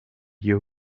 you